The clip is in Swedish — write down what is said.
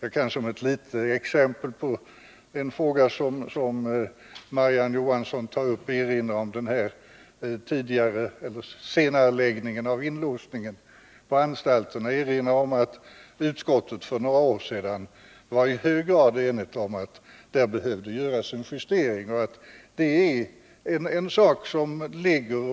Jag kan som ett litet exempel, när det gäller en av de frågor Marie-Ann Johansson tog upp — senareläggningen av inlåsningen på anstalterna — erinra om att utskottet för några år sedan var i hög grad enigt om att där behövde göras en justering och att det är en sak som